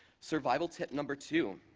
survival tip number two